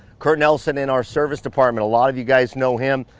curt nelson in our service department, a lot of you guys know him,